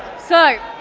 so,